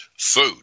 food